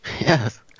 Yes